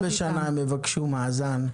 פעם בשנה הם יבקשו מאזן.